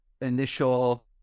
initial